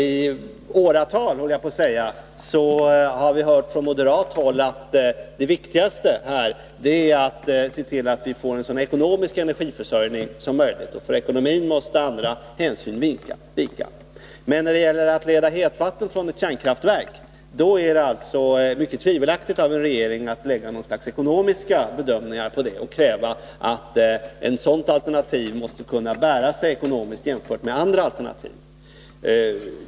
I åratal har vi från moderat håll hört att det viktigaste är att se till att vi får en så ekonomisk energiförsörjning som möjligt. För ekonomin måste andra hänsyn vika. Men när det gäller att leda hetvatten från ett kärnkraftverk är det alltså mycket tvivelaktigt gjort av regeringen att lägga något slags ekonomiska bedömningar på detta och kräva att ett sådant alternativ måste kunna bära sig ekonomiskt jämfört med andra alternativ.